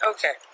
Okay